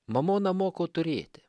mamona moko turėti